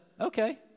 okay